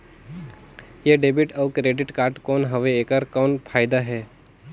ये डेबिट अउ credit card कौन हवे एकर कौन फाइदा हे?